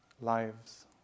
lives